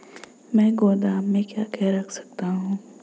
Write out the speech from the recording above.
मैं गोदाम में क्या क्या रख सकता हूँ?